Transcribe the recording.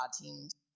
teams